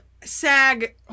SAG